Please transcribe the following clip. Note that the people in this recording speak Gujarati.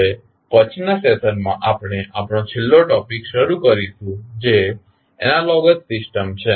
હવે પછીનાં સેશનમાં આપણે આપણો છેલ્લો ટોપિક શરૂ કરીશું જે એનાલોગસ સિસ્ટમ છે